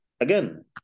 again